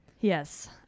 Yes